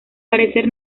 parecer